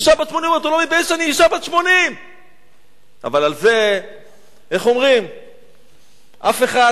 היא אומרת: אני אשה בת 80. אבל בזה אף אחד